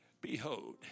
Behold